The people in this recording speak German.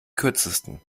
kürzesten